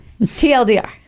TLDR